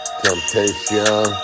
temptation